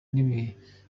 n’ibihe